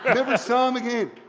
never saw him again.